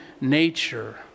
nature